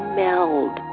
meld